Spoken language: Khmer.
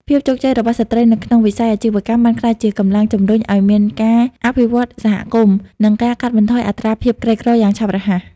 ភាពជោគជ័យរបស់ស្ត្រីនៅក្នុងវិស័យអាជីវកម្ម បានក្លាយជាកម្លាំងជំរុញឱ្យមានការអភិវឌ្ឍសហគមន៍ និងការកាត់បន្ថយអត្រាភាពក្រីក្រយ៉ាងឆាប់រហ័ស។